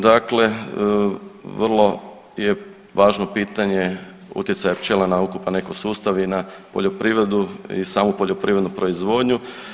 Dakle, vrlo je važno pitanje utjecaja pčela na ukupan ekosustav i na poljoprivredu i samu poljoprivrednu proizvodnju.